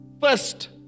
First